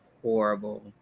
Horrible